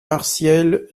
partiels